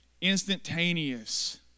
instantaneous